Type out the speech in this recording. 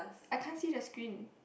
I can't see the screen